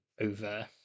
over